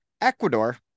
Ecuador